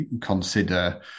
consider